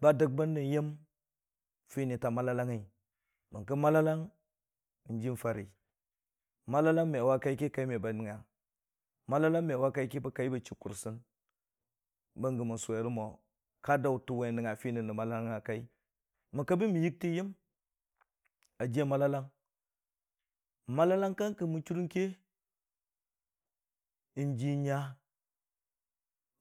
dag ba nan yam fini ta malalang nji, barki malalang ji fara malalang me wa kai ki kai me ba nangnga, malalang me wa kai ki kai ba chii kursan, bang man suwe ra mo ka dautan we nan nangnga fini nan malalanga kai, man kabi man yagtan yam a jiya malalang, malalang kang ka man chura ke n'ji nya